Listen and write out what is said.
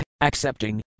accepting